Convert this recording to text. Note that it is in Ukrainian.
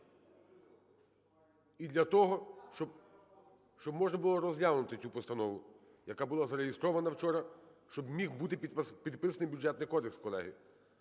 і для того, щоб можна було розглянути цю постанову, яка була зареєстрована вчора, щоб міг бути підписаний Бюджетний кодекс, колеги,